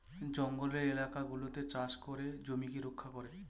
জঙ্গলের এলাকা গুলাতে চাষ করে জমিকে রক্ষা করে